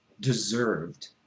deserved